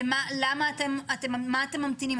למה אתם ממתינים?